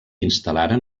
instal·laren